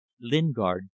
lingard